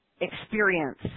experience